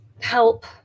help